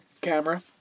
camera